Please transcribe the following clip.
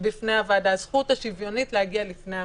בפני הוועדה הזכות השוויונית להגיע בפני הוועדה.